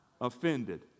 Offended